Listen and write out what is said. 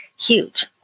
huge